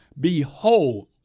Behold